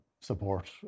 support